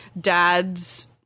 dad's